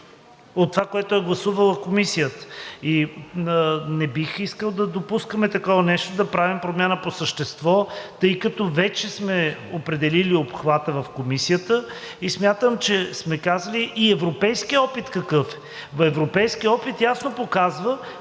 от това, което е гласувала Комисията. Не бих искал да допускаме такова нещо – да правим промяна по същество, тъй като вече сме определили обхвата в Комисията, и смятам, че сме казали и европейският опит какъв е. Европейският опит ясно показва,